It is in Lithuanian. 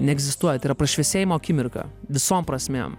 neegzistuoja tai yra prašviesėjimo akimirka visom prasmėm